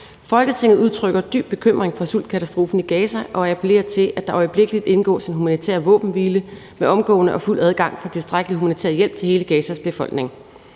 »Folketinget udtrykker dyb bekymring for sultkatastrofen i Gaza og appellerer til, at der øjeblikkeligt indgås en humanitær våbenhvile med omgående og fuld adgang for tilstrækkelig humanitær hjælp til hele Gazas befolkning.